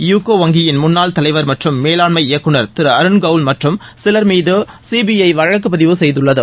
UCO வங்கியின் முன்னாள் தலைவர் மற்றும் மேலாண்மை இயக்குநர் திரு அருண் கவுல் மற்றும் சிலர் மீது சிபிஐ வழக்குப்பதிவு செய்துள்ளது